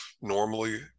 normally